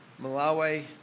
Malawi